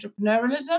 entrepreneurialism